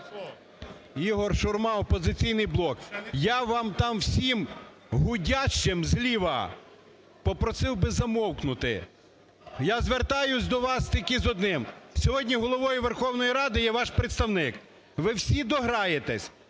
Ігор Шурма, "Опозиційний блок". Я вам там всім "гудящим" зліва попросив би замовкнути! Я звертаюсь до вас тільки з одним. Сьогодні Головою Верховної Ради є ваш представник. Ви всі дограєтесь,